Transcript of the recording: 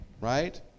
right